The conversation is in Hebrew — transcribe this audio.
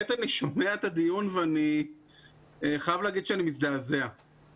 שומע את הדיון ואני חייב להגיד שאני מזדעזע.